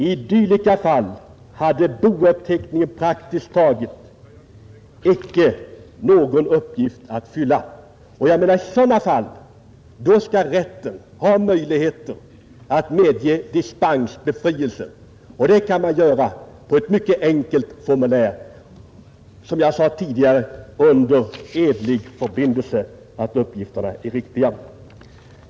I dylika fall hade bouppteckningen praktiskt sett inte någon uppgift att fylla. I sådana fall, menar jag, skall rätten ha möjligheten att medge befrielse. Anmälan kan göras på ett mycket enkelt formulär under edlig förpliktelse att uppgifterna är riktiga.